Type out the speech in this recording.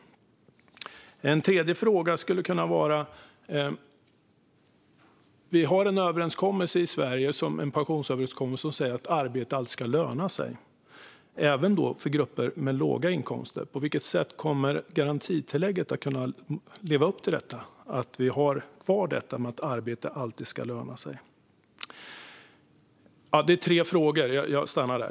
Jag har också en tredje fråga. Vi har en pensionsöverenskommelse i Sverige som säger att arbete alltid ska löna sig, även för grupper med låga inkomster. På vilket sätt kommer garantitillägget att kunna leva upp till att vi har kvar detta om att arbete alltid ska löna sig? Det här var mina tre frågor.